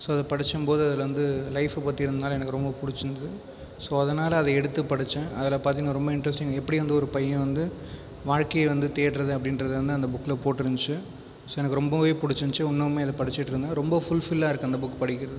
so அதை படிச்சும்போது அதில் வந்து லைஃப் பற்றி இருந்தால் எனக்கு ரொம்ப பிடிச்சி இருந்தது ஸோ அதனால் அதை எடுத்து படித்தேன் அதில் பார்த்தீங்கன்னா ரொம்ப இன்ட்ரஸ்டிங் எப்படி வந்து ஒரு பையை வந்து வாழ்க்கையை வந்து தேடுறது அப்படின்றது வந்து அந்த புக்கில் போட்டிருஞ்சி ஸோ எனக்கு ரொம்பவே பிடிச்சின்ச்சி இன்னுமே அதை படிச்சிடிருந்த ரொம்ப ஃபுல்ஃபில்லாக இருக்குது அந்த புக் படிக்கிறதுக்கு